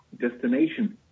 Destination